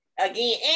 Again